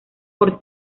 por